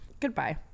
Goodbye